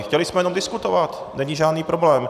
Chtěli jsme jen diskutovat, není žádný problém.